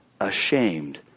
ashamed